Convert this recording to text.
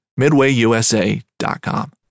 MidwayUSA.com